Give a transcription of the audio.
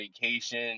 vacation